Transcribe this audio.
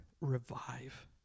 revive